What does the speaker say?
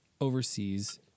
overseas